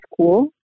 school